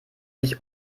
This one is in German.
sich